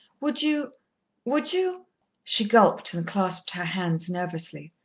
would you would you she gulped and clasped her hands nervously.